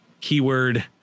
keyword